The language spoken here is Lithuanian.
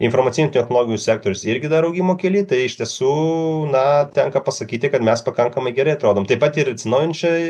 informacinių technologijų sektorius irgi dar augimo kely tai iš tiesų na tenka pasakyti kad mes pakankamai gerai atrodom taip pat ir į atsinaujinančią